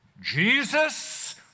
Jesus